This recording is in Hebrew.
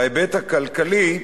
בהיבט הכלכלי,